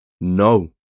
No